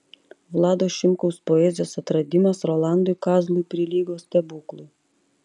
vlado šimkaus poezijos atradimas rolandui kazlui prilygo stebuklui